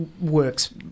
works